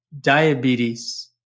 diabetes